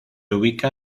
ubica